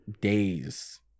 days